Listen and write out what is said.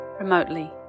remotely